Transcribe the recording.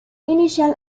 initial